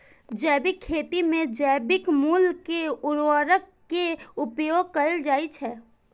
जैविक खेती मे जैविक मूल के उर्वरक के उपयोग कैल जाइ छै